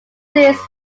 these